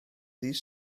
dydd